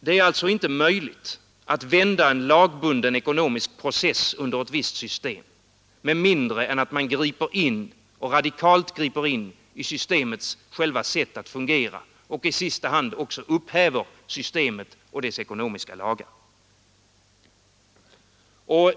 Det är alltså omöjligt att vända en lagbunden ekonomisk process under ett visst system med mindre än att man radikalt bryter in i systemets själva sätt att fungera och i s sta hand också upphäver systemet och dess ekonomiska lagar.